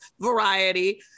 variety